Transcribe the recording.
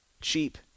cheap